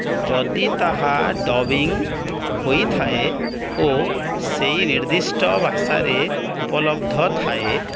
ଯଦି ତାହା ଡବିଙ୍ଗ୍ ହେଇଥାଏ ଓ ସେହି ନିର୍ଦ୍ଦିଷ୍ଟ ଭାଷାରେ ଉପଲବ୍ଧ ଥାଏ